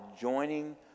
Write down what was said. joining